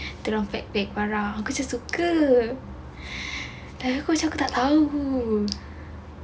dia orang pack pack barang aku sangat suka tahu cakap tak tahu